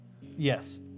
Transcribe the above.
Yes